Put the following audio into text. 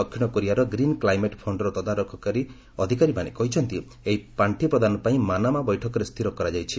ଦକ୍ଷିଣ କୋରିଆର green climate ଫଣ୍ଡର ତଦାରଖକାରୀ ଅଧିକାରୀମାନେ କହିଛନ୍ତି ଏହି ପାଣ୍ଠି ପ୍ରଦାନ ପାଇଁ ମାନାମା ବୈଠକରେ ସ୍ଥିର କରାଯାଇଛି